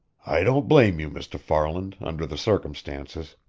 i don't blame you, mr. farland, under the circumstances.